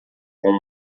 com